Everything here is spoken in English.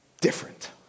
different